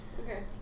Okay